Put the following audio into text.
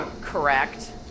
correct